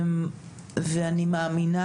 אני מאמינה